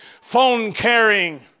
phone-carrying